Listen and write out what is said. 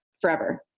forever